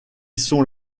sont